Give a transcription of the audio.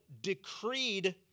decreed